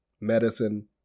medicine